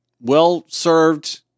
well-served